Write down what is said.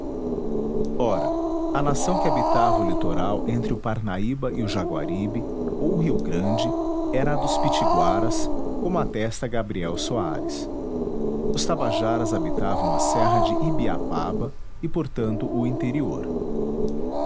ora a nação que habitava o litoral entre o parnaíba e o jaguaribe ou rio grande era a dos pitiguaras como atesta gabriel soares os tabajaras habitavam a serra de ibiapaba e portanto o interior